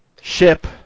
ship